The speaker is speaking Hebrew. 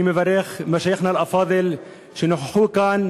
אני מברך את משאיח'נא אל-אפאדל ואת ראשי המועצות שנכחו כאן,